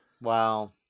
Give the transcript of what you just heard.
Wow